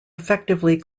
effectively